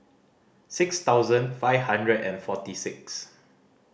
six thousand five hundred and forty six